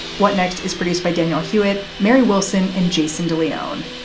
what next? is produced by daniel hewitt, mary wilson and jason de leon.